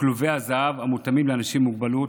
כלובי הזהב המותאמים לאנשים עם מוגבלות,